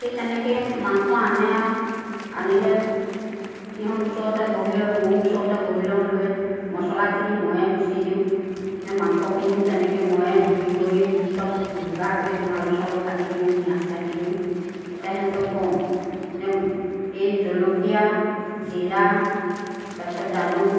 সেই তেনেকৈ মাংস আনে আৰু আনিলে সিহঁত ওচৰতে বহি লয় ময়ো ওচৰতে বহি লওঁ লৈ মচলাখিনি ময়ে পিচি দিওঁ মাংসখিনিও তেনেকৈ ময়ে ধুই কৰি চব যোগাৰ কৰি দিওঁ আলু চালু কাটি দিওঁ পিয়াজ কাটি দিওঁ তেতিয়া সিহঁতক কওঁ যে এই জলকীয়া জিৰা তাৰ পিছত জালুক